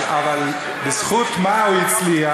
אבל בזכות מה הוא הצליח?